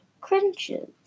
crunches